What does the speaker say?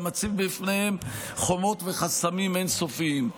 אתה מציב בפניהם חומות וחסמים אין-סופיים.